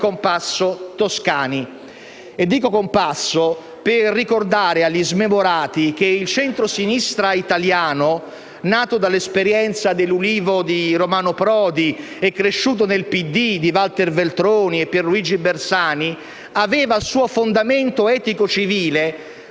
compasso toscani. Dico compasso per ricordare agli smemorati che il centrosinistra italiano, nato dall'esperienza dell'Ulivo di Romano Prodi e cresciuto nel PD di Walter Veltroni e Pier Luigi Bersani, aveva a suo fondamento etico-civile